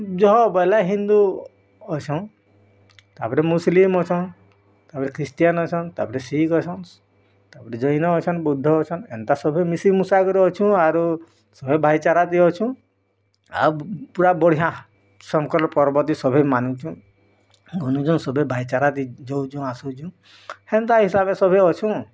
ଯ ବୋଇଲେ ହିନ୍ଦୁ ଅଛନ୍ ତାପରେ ମୁସଲିମ୍ ଅଛନ୍ ତାପରେ ଖ୍ରୀଷ୍ଟିୟାନ୍ ଅଛନ୍ ତାପରେ ଶିଖ୍ ଅଛନ୍ ଜୈନ ଅଛନ୍ ବୁଦ୍ଧ ଅଛନ୍ ଏନ୍ତା ସବୁ ମିଶିମିଶା କରି ଅଛୁ ଆରୁ ଭାଇଚାରା ବି ଅଛୁ ଆଉ ପୁରା ବଢ଼ିଆ ଶଙ୍କର ପର୍ବବି ସଭେ ମାନୁଛୁଁ ଉନୁଜେ ସଭିଏଁ ଯେଉଁ ଭାଇଚାର ଯେଉଁ ଯେଉଁ ଆସୁଛୁ ହେନ୍ତା ହିସାବେ ସଭିଏଁ ଅଛୁଁ